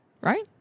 Right